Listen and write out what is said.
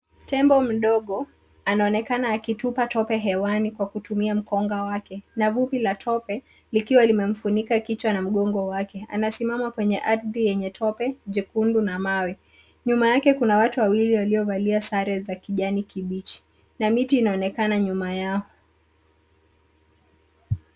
Tembo mdogo anaonekana akitupa tope hewani kwa kutumia mkonga wake na vumbi la tope likiwa limemfunika kichwa na mgongo wake. Anasimama kwenye ardhi yenye tope jekundu na mawe. Nyuma yake kuna watu wawili waliovalia sare za kijani kibichi na miti inaonekana nyuma yao.